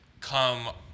come